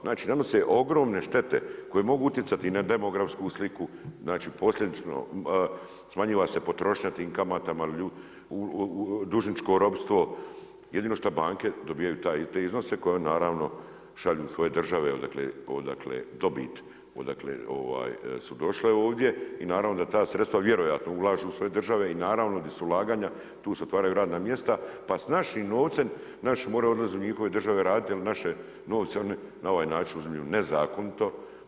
Znači nanose ogromne štete koje mogu utjecati i na demografsku sliku, znači posljedično, smanjiva se potrošnja tim kamata, dužničko ropstvo, jedino što banke dobivaju te iznose koje naravno šalju u svoje države odakle dobit, odakle su došle ovdje i naravno da ta sredstva vjerojatno ulažu u svoje države i naravno gdje su ulaganja tu se otvaraju radna mjesta, pa s našim novcem, naši moraju odlaziti u njihove države raditi jer naše novce oni na ovaj način uzimaju nezakonito.